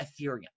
ethereum